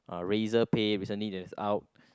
uh Razorpay recently that's out